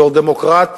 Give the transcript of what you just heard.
בתור דמוקרט,